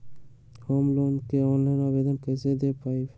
Home loan के ऑनलाइन आवेदन कैसे दें पवई?